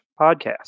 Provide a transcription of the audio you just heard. podcast